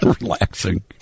Relaxing